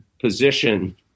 position